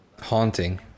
haunting